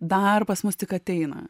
darbas mus tik ateina